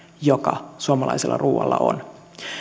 joka suomalaisella ruualla on